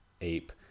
ape